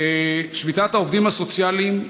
שביתת העובדים הסוציאליים,